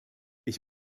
ich